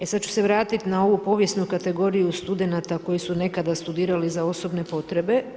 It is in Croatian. E sada ću se vratiti na ovu povijesnu kategoriju studenata koji su nekada studirali za osobne potrebe.